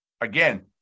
again